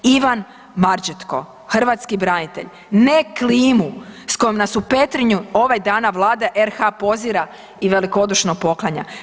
Ivan Marđetko, hrvatski branitelj: „Ne klimu sa kojom nas u Petrinju ovih dana Vlada RH pozira i velikodušno poklanja.